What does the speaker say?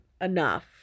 enough